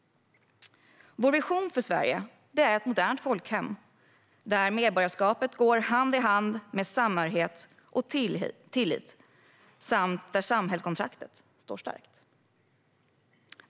Vår vision för Sverige är ett modernt folkhem, där medborgarskapet går hand i hand med samhörighet och tillit och där samhällskontraktet står starkt.